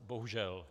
Bohužel.